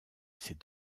ses